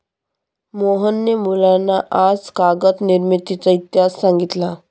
मोहनने मुलांना आज कागद निर्मितीचा इतिहास सांगितला